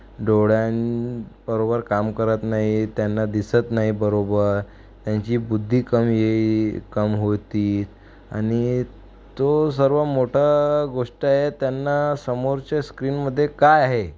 डोळ्यानं बरोबर काम करत नाही त्यांना दिसत नाही बरोबर त्यांची बुद्धी कमी कम होती आणि तो सर्व मोठा गोष्ट आहे त्यांना समोरच्या स्क्रीनमध्ये काय आहे